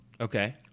Okay